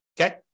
okay